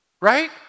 right